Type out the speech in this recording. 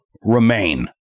remain